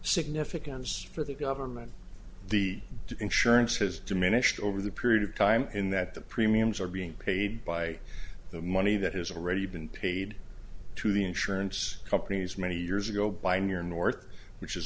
significance for the government the insurance has diminished over the period of time in that the premiums are being paid by the money that has already been paid to the insurance companies many years ago